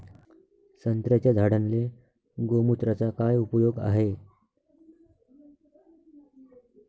संत्र्याच्या झाडांले गोमूत्राचा काय उपयोग हाये?